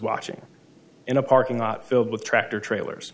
watching in a parking lot filled with tractor trailers